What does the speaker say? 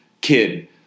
kid